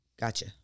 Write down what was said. Gotcha